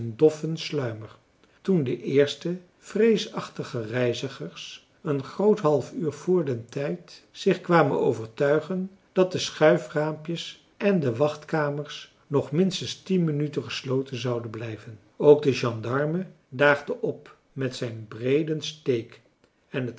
doffen sluimer toen de eerste vreesachtige reizigers een groot half uur voor den tijd zich kwamen overtuigen dat de schuifraampjes en de wachtkamers nog minstens tien minuten gesloten zouden blijven ook de gendarme daagde op met zijn breeden steek en het